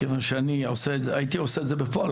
כיוון שאני הייתי עושה את זה בפועל,